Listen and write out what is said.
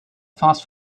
fast